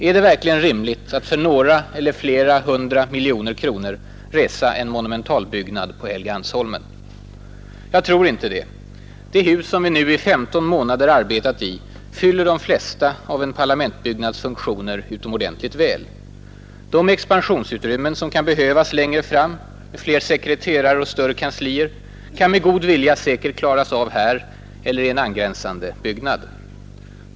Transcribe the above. Är det verkligen rimligt att för några eller flera hundra miljoner kronor resa en monumentalbyggnad på Helgeandsholmen? Jag tror det inte. Det hus vi nu i 15 månader arbetat i fyller de flesta av en parlamentsbyggnads funktioner utomordentligt väl. De expansionsutrymmen som kan behövas längre fram med fler sekreterare och större kanslier kan med god vilja säkert klaras här eller i en angränsande byggnad.